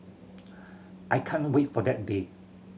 I can't wait for that day